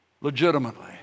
legitimately